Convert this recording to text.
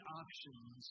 options